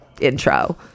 intro